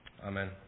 Amen